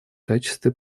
качестве